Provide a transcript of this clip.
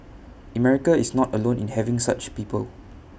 America is not alone in having such people